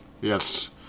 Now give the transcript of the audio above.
Yes